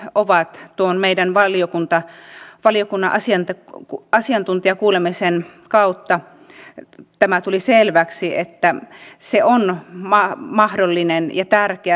he ovat tuon mei olevalle ihmiselle meidän valiokuntamme asiantuntijakuulemisen kautta tämä tuli selväksi se on mahdollinen ja tärkeä hengähdystauko